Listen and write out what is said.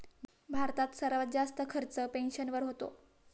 भारतात सर्वात जास्त खर्च पेन्शनवर होतो